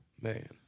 Man